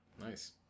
Nice